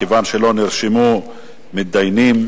כיוון שלא נמצאים כאן מתדיינים